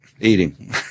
eating